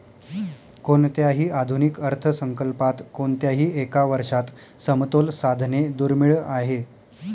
कोणत्याही आधुनिक अर्थसंकल्पात कोणत्याही एका वर्षात समतोल साधणे दुर्मिळ आहे